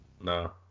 No